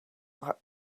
that